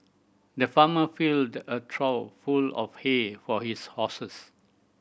the farmer filled a trough full of hay for his horses